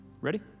Ready